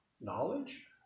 knowledge